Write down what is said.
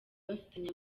bafitanye